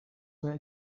were